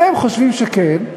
אתם חושבים שכן,